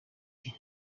ati